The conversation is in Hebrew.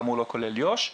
כאמור לא כולל יו"ש,